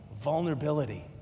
vulnerability